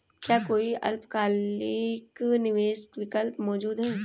क्या कोई अल्पकालिक निवेश विकल्प मौजूद है?